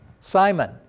Simon